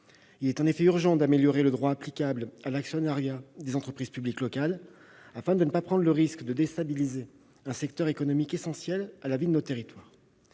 Il est en effet urgent d'améliorer le droit applicable à l'actionnariat des entreprises publiques locales, afin de ne pas prendre le risque de déstabiliser un secteur économique essentiel à la vie de nos territoires.